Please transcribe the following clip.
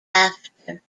after